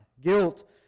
guilt